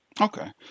Okay